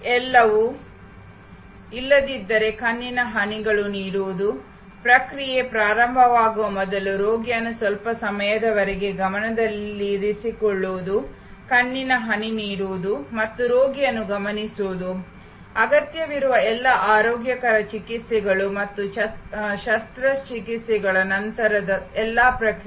ಎಲ್ಲವೂ ಇಲ್ಲದಿದ್ದರೆ ಕಣ್ಣಿನ ಹನಿಗಳನ್ನು ನೀಡುವುದು ಪ್ರಕ್ರಿಯೆ ಪ್ರಾರಂಭವಾಗುವ ಮೊದಲು ರೋಗಿಯನ್ನು ಸ್ವಲ್ಪ ಸಮಯದವರೆಗೆ ಗಮನದಲ್ಲಿರಿಸಿಕೊಳ್ಳುವುದು ಕಣ್ಣಿನ ಹನಿ ನೀಡುವುದು ಮತ್ತೆ ರೋಗಿಯನ್ನು ಗಮನಿಸುವುದು ಅಗತ್ಯವಿರುವ ಎಲ್ಲಾ ಆರೋಗ್ಯಕರ ಚಿಕಿತ್ಸೆಗಳು ಮತ್ತು ಶಸ್ತ್ರಚಿಕಿತ್ಸೆಯ ನಂತರದ ಎಲ್ಲಾ ಪ್ರಕ್ರಿಯೆಗಳು